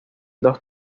dos